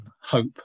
hope